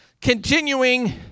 continuing